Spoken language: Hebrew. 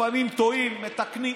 לפעמים טועים, מתקנים.